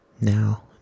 Now